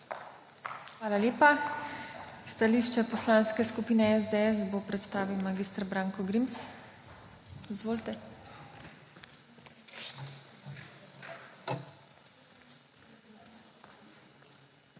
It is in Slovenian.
Hvala lepa. Stališče Poslanske skupine SDS bo predstavil mag. Branko Grims. **MAG.